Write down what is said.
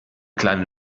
kleinen